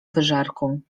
wyżerką